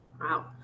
Wow